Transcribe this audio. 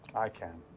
i can.